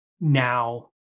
now